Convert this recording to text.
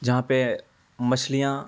جہاں پہ مچھلیاں